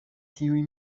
tiuj